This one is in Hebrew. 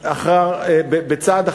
אחר צעד,